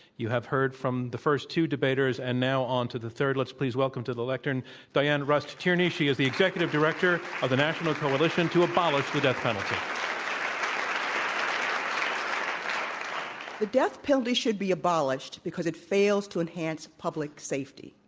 you have heard from the first two debaters and now on to the third. let's please welcome to the lectern diann rust tierney. she is the executive director of the national coalition to abolish the death penalty. um the death penalty should be abolished because it fails to enhance public safety.